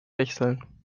wechseln